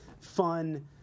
fun